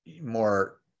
more